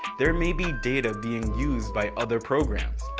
there may be data being used by other programs.